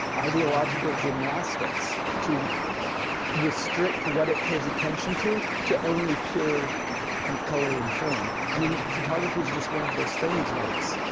ideological gymnastics to restrict what it pays attention to, to only purer kind of color and form. i mean photography's just one of those things where it's,